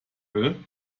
will